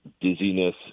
dizziness